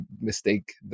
mistake